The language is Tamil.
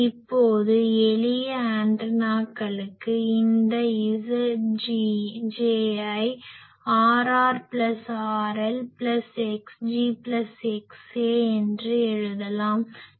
இப்போது எளிய ஆண்டனாக்களுக்கு இந்த Zj ஐ Rr RL Xg XA என எழுதலாம்